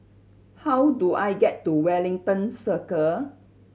how do I get to Wellington Circle